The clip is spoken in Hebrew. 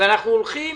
והולכים